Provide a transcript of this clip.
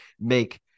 make –